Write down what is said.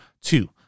two